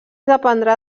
dependrà